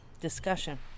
discussion